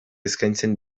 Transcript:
eskaintzen